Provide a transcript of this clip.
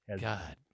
God